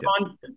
on